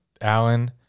Allen